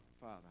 Father